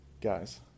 guys